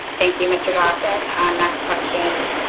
thank you mr. dawson and next question.